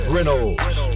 Reynolds